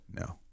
No